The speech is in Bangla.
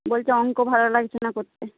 বলছে অঙ্ক ভালো লাগছে না করতে